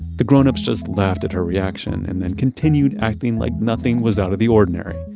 the grown-ups just laughed at her reaction and then continued acting like nothing was out of the ordinary.